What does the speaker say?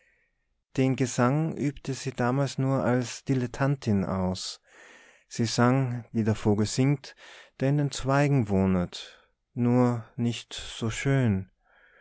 den gesang übte sie damals nur als dilettantin aus sie sang wie der vogel singt der in den zweigen wohnet nur nicht so schön